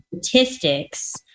Statistics